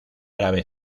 árabe